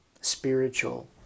spiritual